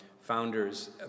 founders